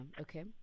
Okay